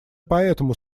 поэтому